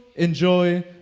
enjoy